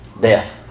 Death